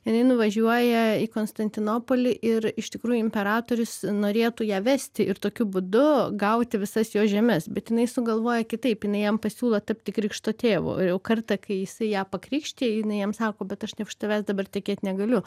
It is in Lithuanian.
jinai nuvažiuoja į konstantinopolį ir iš tikrųjų imperatorius norėtų ją vesti ir tokiu būdu gauti visas jos žemes bet jinai sugalvoja kitaip jinai jam pasiūlo tapti krikšto tėvu ir jau kartą kai jisai ją pakrikštijo jinai jam sako bet aš ne už tavęs dabar tekėt negaliu